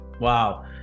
Wow